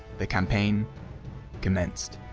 the campaign commenced.